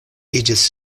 iĝis